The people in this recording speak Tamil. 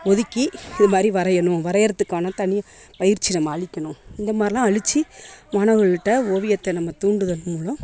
ஒதுக்கி ஒருமாதிரி வரையணும் வரையறத்துக்கான தனி பயிற்சி நம்ம அளிக்கணும் இந்த மாதிரிலாம் அளிச்சு மாணவர்கள்ட்ட ஓவியத்தை நம்ம தூண்டுதல் மூலம்